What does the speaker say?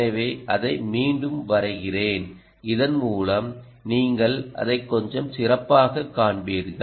எனவே அதை மீண்டும் வரைகிறேன் இதன் மூலம் நீங்கள் அதை கொஞ்சம் சிறப்பாகக் காண்பீர்கள்